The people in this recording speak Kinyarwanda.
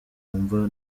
wumva